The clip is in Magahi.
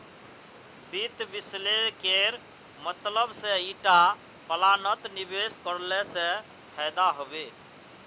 वित्त विश्लेषकेर मतलब से ईटा प्लानत निवेश करले से फायदा हबे